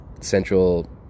central